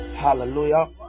Hallelujah